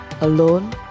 Alone